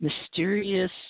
Mysterious